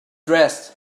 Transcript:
dressed